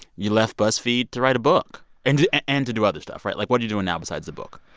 you left buzzfeed to write a book and and to do other stuff, right? like, what are you doing now besides the book?